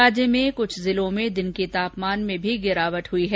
राज्य में कुछ जिलों में दिन के तापमान में भी गिरावट दर्ज की गयी है